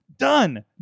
done